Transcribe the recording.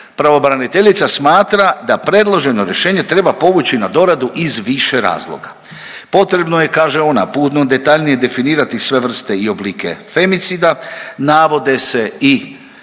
pravobraniteljica smatra da predloženo rješenje treba povući na doradu iz više razloga. Potrebno je kaže ona, puno detaljnije definirati sve vrste i oblike femicida navode se i